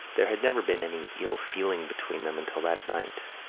there had never been any ill-feeling between them until that night.